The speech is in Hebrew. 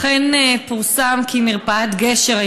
אכן פורסם כי מרפאת גשר,